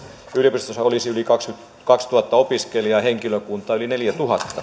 yliopistossa olisi yli kaksikymmentäkaksituhatta opiskelijaa ja henkilökuntaa yli neljänneksituhannenneksi lisäksi